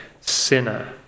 sinner